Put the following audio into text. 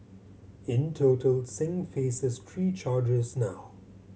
in total Singh faces three charges now